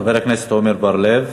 חבר הכנסת עמר בר-לב,